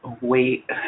wait